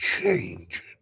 change